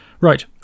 Right